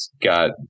got